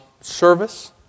service